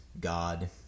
God